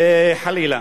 חלילה.